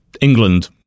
England